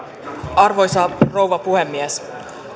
arvoisa rouva puhemies